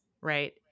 Right